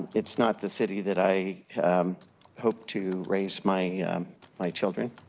it's not the city that i hope to raise my my children.